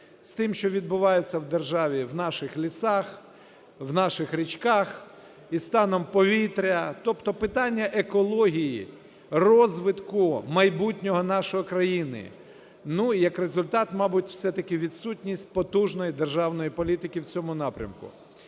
з тим, що відбувається в державі в наших лісах, в наших річках і станом повітря, тобто питання екології розвитку майбутнього нашої країни, ну, як результат, мабуть, все-таки відсутність потужної державної політики в цьому напрямку.